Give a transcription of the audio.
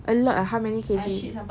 a lot ah how many K_G